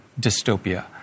dystopia